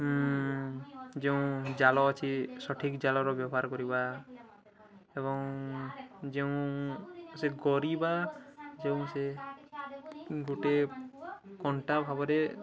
ଯେଉଁ ଜାଲ ଅଛି ସଠିକ୍ ଜାଲର ବ୍ୟବହାର କରିବା ଏବଂ ଯେଉଁ ସେ ଗରି ବା ଯେଉଁ ସେ ଗୋଟେ କଣ୍ଟା ଭାବରେ